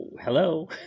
hello